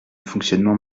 fonctionnement